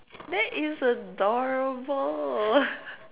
that is adorable